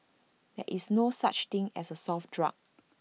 there is no such thing as A soft drug